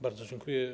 Bardzo dziękuję.